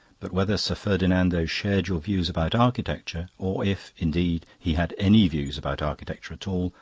but whether sir ferdinando shared your views about architecture or if, indeed, he had any views about architecture at all,